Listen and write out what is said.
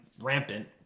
rampant